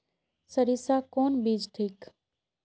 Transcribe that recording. सरीसा कौन बीज ठिक?